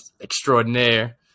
extraordinaire